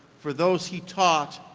for those he taught,